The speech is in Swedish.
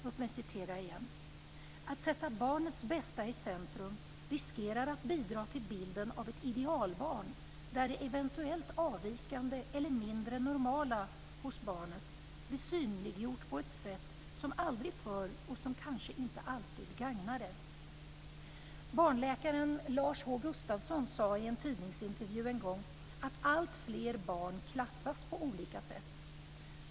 Låt mig citera: "Att sätta barnets bästa i centrum riskerar att bidra till bilden av ett idealbarn där det eventuellt avvikande eller mindre normala hos barnet blir synliggjort på ett sätt som aldrig förr och som kanske inte alltid gagnar det." Barnläkaren Lars H Gustafsson sade i en tidningsintervju en gång att alltfler barn klassas på olika sätt.